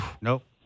Nope